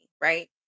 right